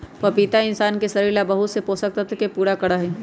पपीता इंशान के शरीर ला बहुत से पोषक तत्व के पूरा करा हई